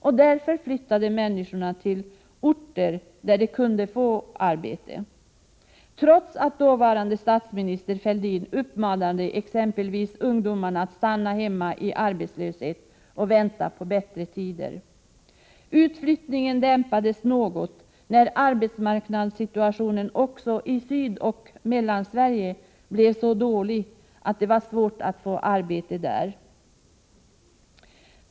Och därför flyttade människorna till orter där de kunde få arbete — detta trots att dåvarande statsministern Fälldin uppmanade exempelvis ungdomarna att stanna hemma i arbetslöshet och vänta på bättre tider. Utflyttningen dämpades något när arbetsmarknadssituationen också i Sydoch Mellansverige blev så dålig att det var svårt att få arbete där.